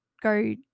go